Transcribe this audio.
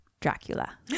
Dracula